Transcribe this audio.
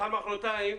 מחר-מוחרתיים